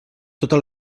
tota